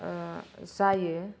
जायो